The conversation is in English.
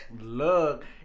Look